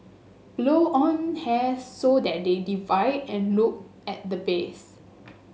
blow on hairs so that they divide and look at the base